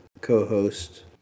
co-host